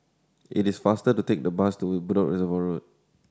it is faster to take the bus to Reservoir Road